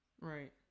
Right